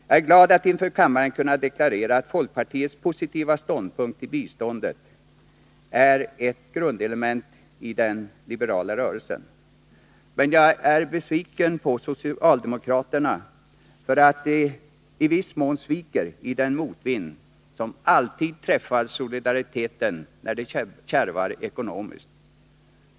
Jag är glad att inför kammaren kunna deklarera att folkpartiets positiva ståndpunkt till biståndet är ett grundelement i den liberala rörelsen. Men jag är besviken på socialdemokraterna för att de i viss mån sviker i den motvind som alltid träffar solidariteten när det kärvar ekonomiskt.